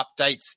updates